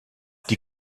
die